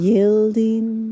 Yielding